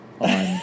on